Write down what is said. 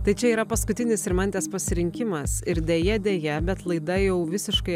tai čia yra paskutinis rimantės pasirinkimas ir deja deja bet laida jau visiškai